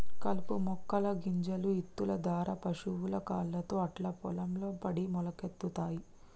కలుపు మొక్కల గింజలు ఇత్తుల దారా పశువుల కాళ్లతో అట్లా పొలం లో పడి మొలకలొత్తయ్